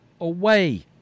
away